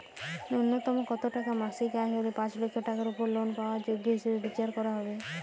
ন্যুনতম কত টাকা মাসিক আয় হলে পাঁচ লক্ষ টাকার উপর লোন পাওয়ার যোগ্য হিসেবে বিচার করা হবে?